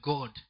God